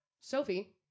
Sophie